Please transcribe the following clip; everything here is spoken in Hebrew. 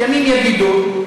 ימים יגידו.